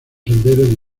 sendero